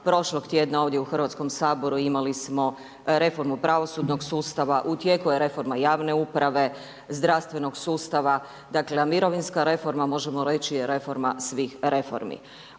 Prošlog tjedna ovdje u Hrvatskom saboru imali smo reformu pravosudnog sustava, u tijeku je reforma javne uprave, zdravstvenog sustava. Dakle, a mirovinska reforma možemo reći je reforma svih reformi.